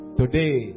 today